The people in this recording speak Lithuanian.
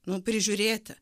nu prižiūrėti